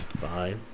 Bye